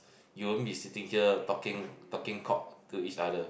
you won't be sitting here talking talking cock to each other